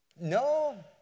No